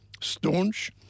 staunch